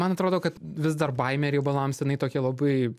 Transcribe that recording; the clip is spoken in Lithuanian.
man atrodo kad vis dar baimė riebalams jinai tokia labai